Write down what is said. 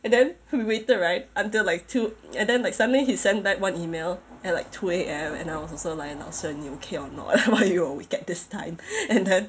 and then we waited right until like two and then like suddenly he sent back one email at like two A_M and I was also like 老师你 okay or not why are you awake at this time and then